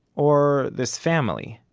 or this family,